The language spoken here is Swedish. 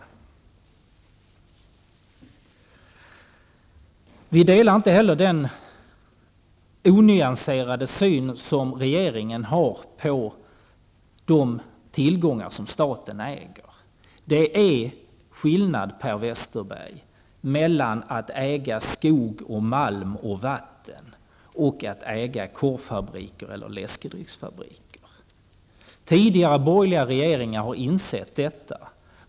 Vi delar inte heller regeringens onyanserade syn på statens tillgångar. Det är skillnad, Per Westerberg, mellan att äga å ena sidan skog, malm och vatten och å andra sidan korv eller läskedrycksfabriker. Tidigare borgerliga regeringar har insett detta.